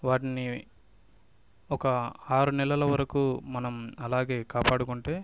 వాటిని ఒక ఆరు నెలల వరకు మనం అలాగే కాపాడుకుంటే